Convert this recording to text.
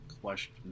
question